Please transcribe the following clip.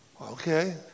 Okay